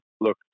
Look